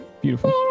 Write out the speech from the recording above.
Beautiful